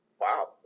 wow